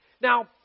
Now